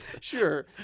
Sure